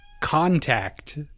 Contact